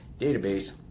database